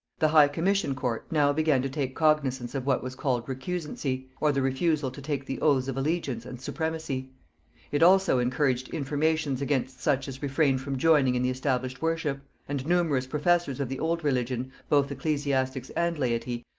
the high commission court now began to take cognisance of what was called recusancy, or the refusal to take the oaths of allegiance and supremacy it also encouraged informations against such as refrained from joining in the established worship and numerous professors of the old religion, both ecclesiastics and laity,